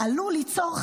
"עלול ליצור,